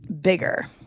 bigger